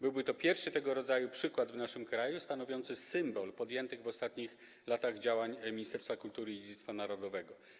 Byłby to pierwszy tego rodzaju przykład w naszym kraju stanowiący symbol podjętych w ostatnich latach działań Ministerstwa Kultury i Dziedzictwa Narodowego.